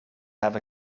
have